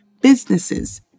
businesses